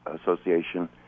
Association